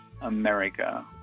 America